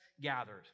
gathered